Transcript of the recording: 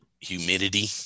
humidity